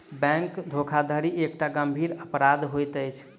bank धोखाधड़ी एकटा गंभीर अपराध होइत अछि